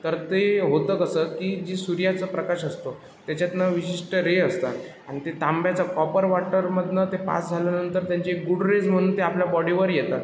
तर ते होतं कसं की जी सूर्याचं प्रकाश असतो त्याच्यातनं विशिष्ट रे असतात आणि ते तांब्याचं कॉपर वॉटरमधनं ते पास झाल्यानंतर त्याची गुड रेज म्हणून ते आपल्या बॉडीवर येतात